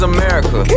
America